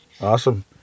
Awesome